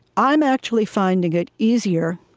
i'm actually finding it easier